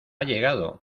llegado